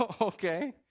Okay